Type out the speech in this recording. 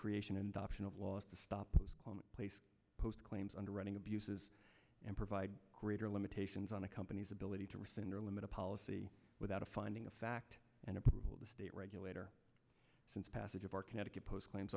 creation and option of laws to stop place post claims underwriting abuses and provide greater limitations on a company's ability to rescind or limited policy without a finding of fact and approval of the state regulator since passage of our connecticut post claims